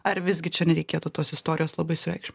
ar visgi čia nereikėtų tos istorijos labai sureikšmint